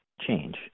change